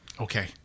Okay